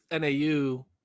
NAU